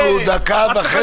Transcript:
יש לנו דקה וחצי לדיון.